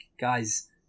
guys